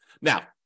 Now